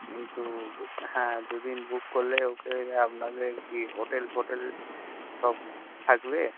কিন্তু হ্যাঁ দুদিন বুক করলে ওকে আপনাদের কি হোটেল ফোটেল সব থাকবে